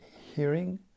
Hearing